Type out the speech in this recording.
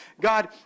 God